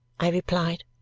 i replied.